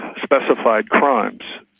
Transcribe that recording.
specified crimes,